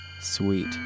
sweet